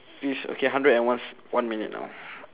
fif~ okay hundred and one one minute now